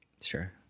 sure